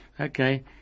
Okay